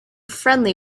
friendly